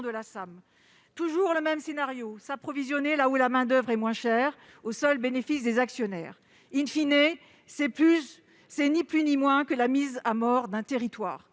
C'est donc toujours le même scénario : on s'approvisionne là où la main-d'oeuvre est moins chère, au seul bénéfice des actionnaires :, ce n'est ni plus ni moins que la mise à mort d'un territoire.